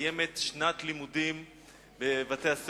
מסתיימת שנת לימודים בבתי-הספר,